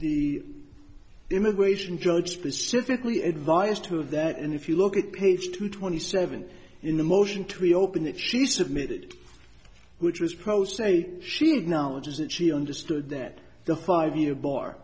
the immigration judge specifically advised to of that and if you look at page two twenty seven in the motion to reopen it she submitted which was pro state she had knowledge that she understood that the five year bar